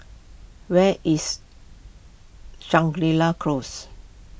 where is Shangri La Close